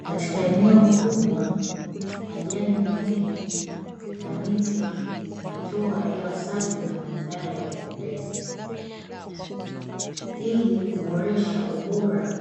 Katika eneo kubwa, majani mengi na miti inatoa hewa safi na mandhari ya kupendeza ili kuboresha ubora